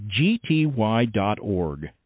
gty.org